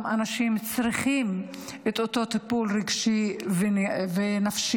אנשים שצריכים את אותו טיפול רגשי ונפשי,